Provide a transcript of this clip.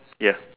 ya